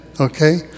okay